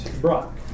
Brock